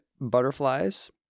butterflies